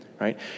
right